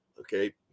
okay